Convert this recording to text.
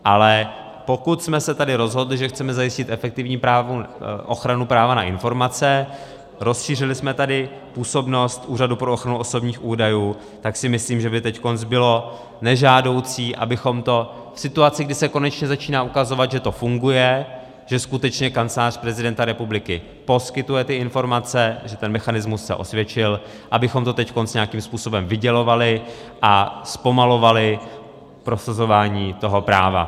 Ale pokud jsme se tady rozhodli, že chceme zajistit efektivní ochranu práva na informace, rozšířili jsme tady působnost Úřadu pro ochranu osobních údajů, tak si myslím, že by teď bylo nežádoucí, abychom to v situaci, kdy se konečně začíná ukazovat, že to funguje, že skutečně Kancelář prezidenta republiky poskytuje ty informace, že ten mechanismus se osvědčil, abychom to teď nějakým způsobem vydělovali a zpomalovali prosazování toho práva.